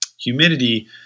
humidity